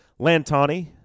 Lantani